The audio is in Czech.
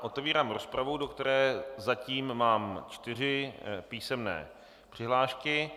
Otevírám rozpravu, do které zatím mám čtyři písemné přihlášky.